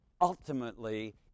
ultimately